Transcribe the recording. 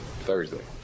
Thursday